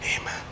Amen